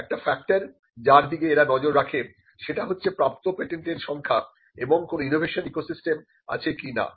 একটা ফ্যাক্টর যার দিকে এরা নজর রাখে সেটা হচ্ছে প্রাপ্ত পেটেন্টের সংখ্যা এবং কোন ইনোভেশন ইকোসিস্টেম আছে কিনা